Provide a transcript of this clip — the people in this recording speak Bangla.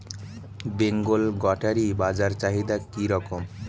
বেঙ্গল গোটারি বাজার চাহিদা কি রকম?